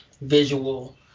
visual